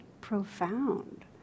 profound